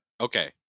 okay